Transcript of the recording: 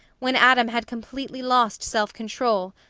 when adam had completely lost self-control,